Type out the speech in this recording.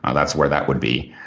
that's where that would be.